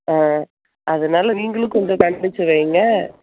ஆ அதனால நீங்களும் கொஞ்சம் கண்டித்து வையுங்க